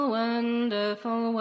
wonderful